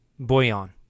Boyan